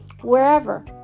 wherever